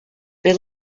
they